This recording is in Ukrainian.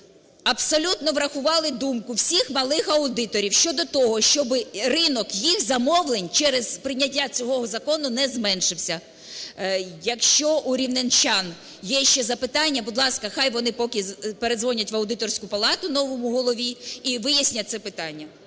абсолютно врахували думку всіх малих аудиторів щодо того, щоб ринок їх замовлень через прийняття цього закону не зменшився. Якщо у рівненчан є ще запитання, будь ласка, хай вони поки передзвонять в Аудиторську палату новому голові і вияснять це питання.